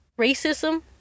racism